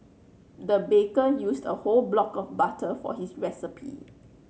the baker used whole block of butter for this recipe